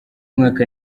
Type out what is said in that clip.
mwaka